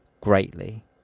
greatly